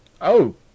Oh